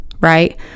right